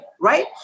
right